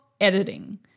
editing